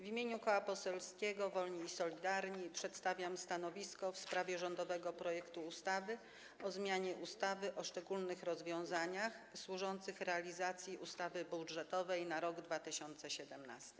W imieniu Koła Poselskiego Wolni i Solidarni przedstawiam stanowisko w sprawie rządowego projektu ustawy o zmianie ustawy o szczególnych rozwiązaniach służących realizacji ustawy budżetowej na rok 2017.